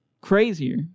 crazier